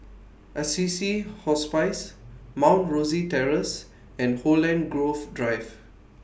Assisi Hospice Mount Rosie Terrace and Holland Grove Drive